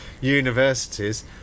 universities